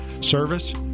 Service